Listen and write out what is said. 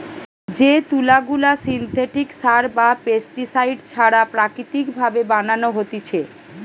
যে তুলা গুলা সিনথেটিক সার বা পেস্টিসাইড ছাড়া প্রাকৃতিক ভাবে বানানো হতিছে